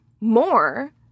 more